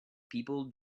people